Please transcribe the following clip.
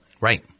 Right